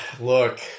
Look